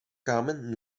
kámen